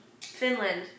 Finland